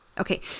Okay